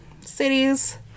Cities